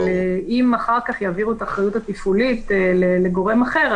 אבל אם אחר כך יעבירו את האחריות התפעולית לגורם אחר,